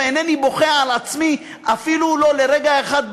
ואינני בוכה על עצמי אפילו לא לרגע אחד,